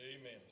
Amen